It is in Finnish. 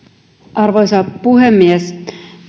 arvoisa puhemies